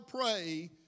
pray